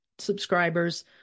subscribers